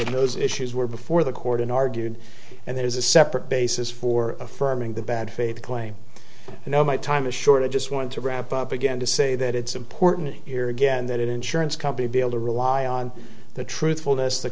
in those issues were before the court in argued and there's a separate basis for affirming the bad faith claim you know my time is short i just want to wrap up again to say that it's important here again that insurance company be able to rely on the truthfulness the